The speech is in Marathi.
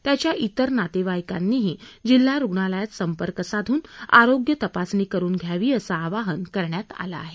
त्याच्या तिर नातेवाईकांनीही जिल्हा रुग्णालयात संपर्क साधून आरोग्य तपासणी करून घ्यावी असं आवाहन करण्यात आलं आहे